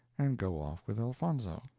and go off with elfonzo.